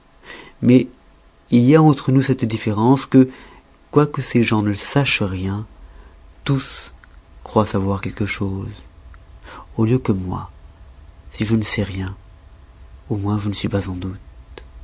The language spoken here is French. mais il y a entre nous cette différence que quoique ces gens ne sachent rien tous croient savoir quelque chose au lieu que moi si je ne sais rien au moins je n'en suis pas en doute